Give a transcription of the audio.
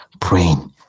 praying